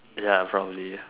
ya probably